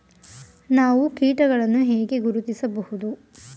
ನಾವು ಕೀಟಗಳನ್ನು ಹೇಗೆ ಗುರುತಿಸಬಹುದು?